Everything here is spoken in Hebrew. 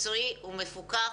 מקצועי ומפוקח.